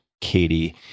Katie